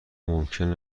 ممکن